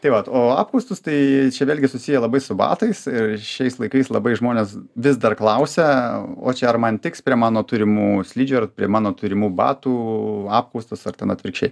tai vat o apkaustus tai čia vėlgi susiję labai su batais ir šiais laikais labai žmonės vis dar klausia o čia ar man tiks prie mano turimų slidžių ar prie mano turimų batų apkaustas ar ten atvirkščiai